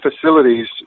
facilities